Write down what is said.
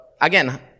again